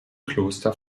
kloster